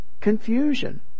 confusion